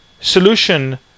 solution